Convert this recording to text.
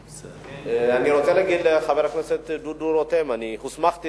אני רוצה להגיד לחבר הכנסת דודו רותם שאני הוסמכתי